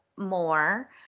more